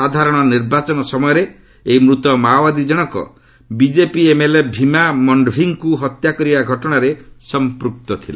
ସାଧାରଣ ନିର୍ବାଚନ ସମୟରେ ଏହି ମୃତ ମାଓବାଦୀ ଜଣକ ବିଜେପି ଏମ୍ଏଲ୍ଏ ଭୀମା ମଣ୍ଡଭୀଙ୍କୁ ହତ୍ୟା କରିବା ଘଟଣାରେ ସମ୍ପକ୍ତ ଥିଲା